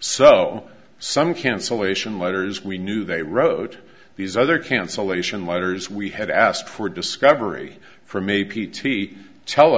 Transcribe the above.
so some cancellation letters we knew they wrote these other cancellation letters we had asked for discovery from a p t tell